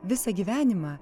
visą gyvenimą